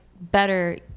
better